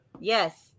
Yes